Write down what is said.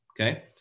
okay